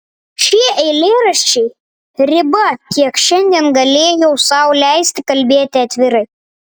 šie eilėraščiai riba kiek šiandien galėjau sau leisti kalbėti atvirai